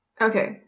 Okay